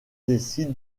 décide